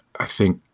i think